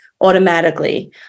automatically